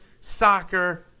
soccer